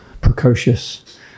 precocious